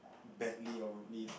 badly or rudely